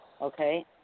Okay